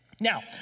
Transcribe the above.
Now